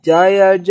Jaya